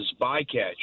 bycatch